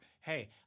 Hey